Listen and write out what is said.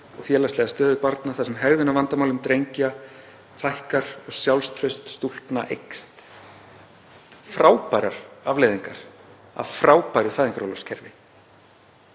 og félagslega stöðu barna, þar sem hegðunarvandamálum drengja fækkar og sjálfstraust stúlkna eykst.“ — Frábærar afleiðingar af frábæru fæðingarorlofskerfi.